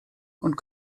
und